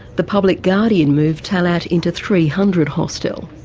the public guardian moved talet into three hundred hostel.